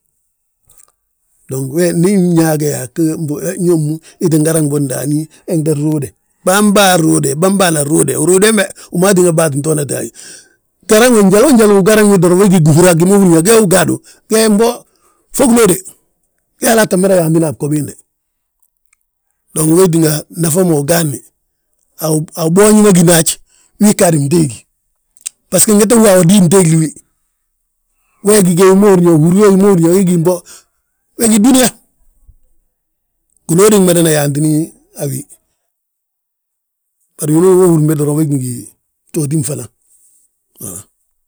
Dong we ndi nyaa ge yaa ñomu ittin garaŋ bo ndaani yete nruude. Baaban ruude, bâa baana ruude, uruude hembe wi ma tínga bâa ttin ntoonate agiti. Garaŋ we njoolo njali ugaraŋ wi doroŋ we gí gihúra gi ma húri yaa ge ugaadu, ge mbo, fo gilóode; we halaa tta mada yaantini we a bgo biinde. Dong wee tínga nafa ma wi gaadni, a wu boonji ma gini haj, wii ggaadi bteegi. Basgo ngette wa awodi hi nteegli wi, we gi ge, gihúri ye wi ma húrin yaa we gí mbo, we gí dúniyaa. Giloodi gmadana yaantina a wi, bari winooni we húrim be a wi be gí btooti mfana haa.